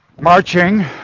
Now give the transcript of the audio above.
marching